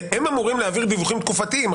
הם אמורים להעביר דיווחים תקופתיים,